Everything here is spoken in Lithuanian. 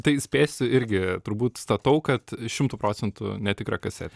tai spėsiu irgi turbūt statau kad šimtu procentų netikra kasetė